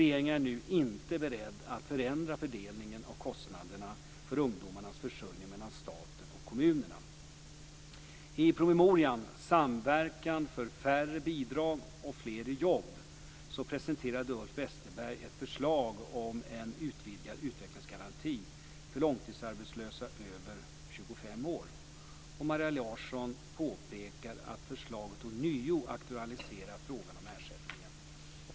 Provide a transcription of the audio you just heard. Regeringen är nu inte beredd att förändra fördelningen av kostnaderna för ungdomarnas försörjning mellan staten och kommunerna. I promemorian Samverkan för färre bidrag och fler i jobb presenterade Ulf Westerberg ett förslag om en utvidgad utvecklingsgaranti för långtidsarbetslösa över 25 år. Maria Larsson påpekar att förslaget ånyo aktualiserar frågan om ersättningen.